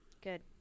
Good